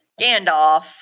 Gandalf